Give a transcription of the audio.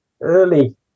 early